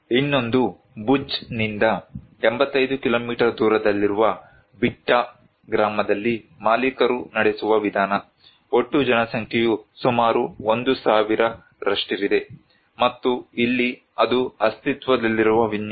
ಇನ್ನೊಂದು ಭುಜ್ನಿಂದ 85 ಕಿಲೋಮೀಟರ್ ದೂರದಲ್ಲಿರುವ ಬಿಟ್ಟಾ ಗ್ರಾಮದಲ್ಲಿ ಮಾಲೀಕರು ನಡೆಸುವ ವಿಧಾನ ಒಟ್ಟು ಜನಸಂಖ್ಯೆಯು ಸುಮಾರು 1000 ರಷ್ಟಿದೆ ಮತ್ತು ಇಲ್ಲಿ ಅದು ಅಸ್ತಿತ್ವದಲ್ಲಿರುವ ವಿನ್ಯಾಸ